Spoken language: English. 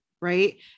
right